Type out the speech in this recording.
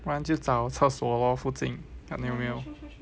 不然就找厕所 lor 附近看有没有